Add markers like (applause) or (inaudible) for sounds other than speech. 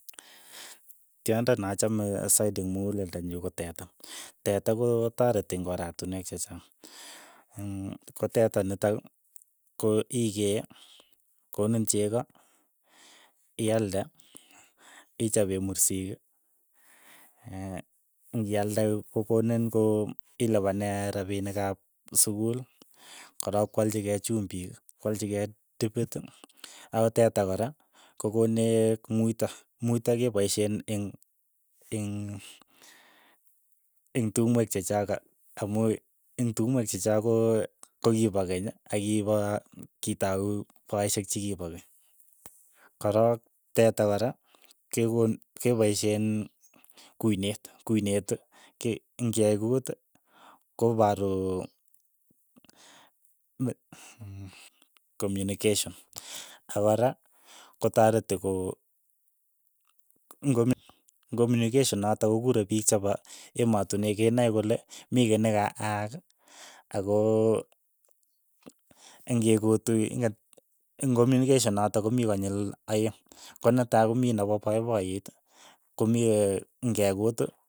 Tyondo ne achame saiti eng' mukuleldo nyu ko teta. teta kotareti eng' oratinwek chechaang. mm ko teta nitok ko ikee, koniin cheko, iyalde, ichape mursik, (hesitation) ngialde kokoniin ko ii ilapane rapinik ap sukul, korook kwalchi kei chumbik kwalchikei tipit, ako teta kora kokoneech muito, muito kepaisheen eng' eng' eng' tumwek che chook amu eng tumwek chechook ko- kokipo keny ak kipa kitau poishek che kipa keny, korok teta kora kekon kepaisheen kuinet, kuinet ke ng'ekuut koparuu me (hesitation) komyunikeshon, ako kora kotareti ko ng'omi ng'omyunikeshon notok ko kure piik chepo emotinwek, kenai kole mi kiy neka aak, ako (unintelligible) eng' komyunikeshon notok ko mii konyil aeng', ko netai ko mii nepo paipaiyeet, komii (hesitation) ng'ekuut.